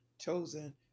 chosen